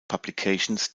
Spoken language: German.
publications